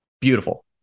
beautiful